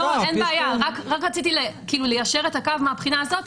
רק רציתי ליישר את הקו מהבחינה הזאת,